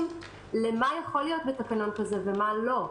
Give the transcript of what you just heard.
מה יכול להיות בתקנון כזה ומה לא.